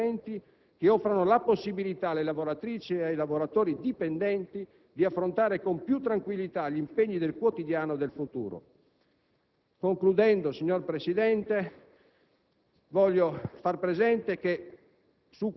affinché s'intraprendano celermente una serie di interventi che offrano la possibilità, alle lavoratrici e ai lavoratori dipendenti, di affrontare con più tranquillità gli impegni del quotidiano e del futuro. Concludendo, signor Presidente,